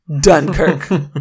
dunkirk